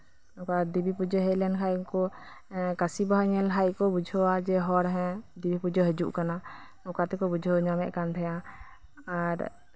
ᱮᱸᱜ ᱱᱚᱝᱠᱟ ᱫᱤᱵᱤ ᱯᱩᱡᱟᱹ ᱦᱮᱡ ᱞᱮᱱᱠᱷᱟᱡ ᱜᱮᱠᱚ ᱮᱸᱜ ᱠᱟᱥᱤ ᱵᱟᱦᱟ ᱠᱚ ᱧᱮᱞ ᱞᱮᱠᱷᱟᱡ ᱜᱮᱠᱚ ᱵᱩᱡᱷᱟᱹᱣᱟ ᱦᱚᱲ ᱦᱮᱸ ᱫᱮᱵᱤ ᱯᱩᱡᱟᱹ ᱦᱤᱡᱩᱜ ᱠᱟᱱᱟ ᱚᱱᱠᱟᱛᱮᱠᱚ ᱵᱩᱡᱷᱟᱹᱣ ᱧᱟᱢᱮᱫ ᱛᱟᱦᱮᱸᱱᱟ